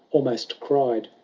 almost cried,